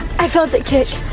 i felt it kick.